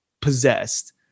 possessed